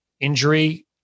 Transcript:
injury